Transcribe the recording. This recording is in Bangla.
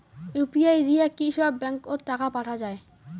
ইউ.পি.আই দিয়া কি সব ব্যাংক ওত টাকা পাঠা যায়?